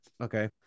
Okay